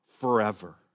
forever